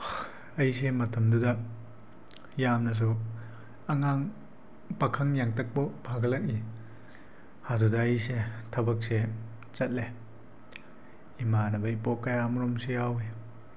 ꯑꯩꯁꯦ ꯃꯇꯝꯗꯨꯗ ꯌꯥꯝꯅꯁꯨ ꯑꯉꯥꯡ ꯄꯥꯈꯪ ꯌꯥꯡꯇꯛꯄ ꯐꯥꯒꯠꯂꯛꯏ ꯑꯗꯨꯗ ꯑꯩꯁꯦ ꯊꯕꯛꯁꯦ ꯆꯠꯂꯦ ꯏꯃꯥꯟꯅꯕꯒꯤ ꯄꯣꯠ ꯀꯌꯥ ꯑꯃꯔꯣꯝꯁꯨ ꯌꯥꯎꯏ